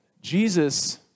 Jesus